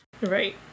Right